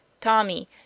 tommy